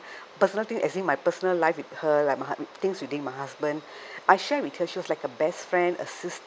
personal thing as in my personal life with her like my hu~ things within my husband I share with her she was like a best friend a sis~